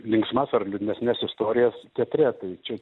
linksmas ar liūdnesnes istorijas teatre tai čia